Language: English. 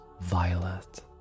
violet